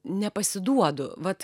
nepasiduodu vat